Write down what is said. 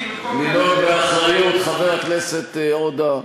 חבר הכנסת עודה,